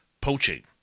poaching